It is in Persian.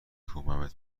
کوبمت